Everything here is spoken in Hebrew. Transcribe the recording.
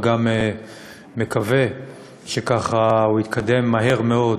וגם מקווה שהוא יתקדם מהר מאוד